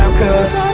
cause